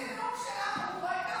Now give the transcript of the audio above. אם זה נאום שלך, הבורקס,